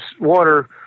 water